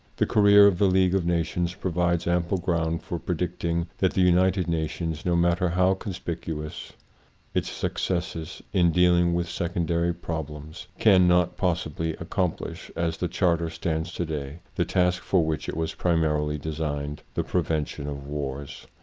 the career of the league of na tions provides ample ground for pre dicting that the united nations, no matter how conspicuous its succes ses in dealing with secondary prob lems, can not possibly accomplish, as the charter stands today, the task for which it was primarily designed the prevention of wars.